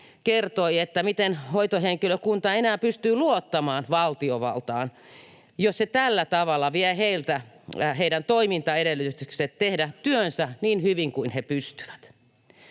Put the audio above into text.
kertoi, että miten hoitohenkilökunta enää pystyy luottamaan valtiovaltaan, jos se tällä tavalla vie heiltä heidän toimintaedellytyksensä tehdä työnsä niin hyvin kuin he pystyvät.